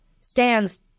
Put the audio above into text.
stands